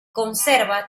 conserva